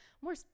more